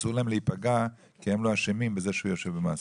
אסור להם להיפגע כי הם לא אשמים בזה שהוא יושב במאסר.